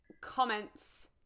comments